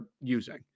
using